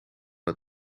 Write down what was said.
het